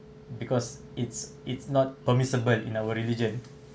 because it's it not permissible in our religion